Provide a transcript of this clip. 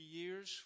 years